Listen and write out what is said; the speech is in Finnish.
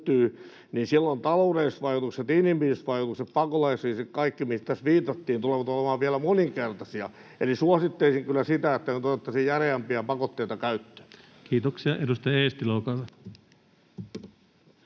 niin silloin taloudelliset vaikutukset, inhimilliset vaikutukset, pakolaiskriisi, kaikki, mihin tässä viitattiin, tulevat olemaan vielä moninkertaisia. Eli suosittelisin kyllä sitä, että nyt otettaisiin järeämpiä pakotteita käyttöön. Kiitoksia. — Edustaja Eestilä, olkaa hyvä.